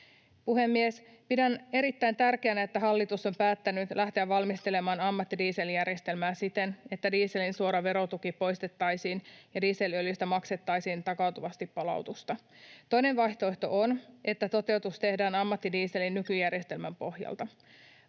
Pidän erittäin tärkeänä, että hallitus on päättänyt lähteä valmistelemaan ammattidieseljärjestelmää siten, että dieselin suora verotuki poistettaisiin ja dieselöljystä maksettaisiin takautuvasti palautusta. Toinen vaihtoehto on, että toteutus tehdään ammattidieselin nykyjärjestelmän pohjalta.